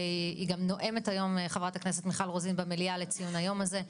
והיום מיכל רוזין תנאם במליאה לציון היום הזה.